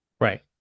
Right